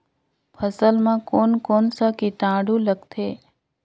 फसल मा कोन कोन सा कीटाणु लगथे?